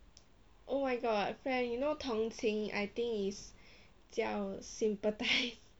oh my god friend you know 同情 I think is 叫 sympathize